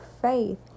faith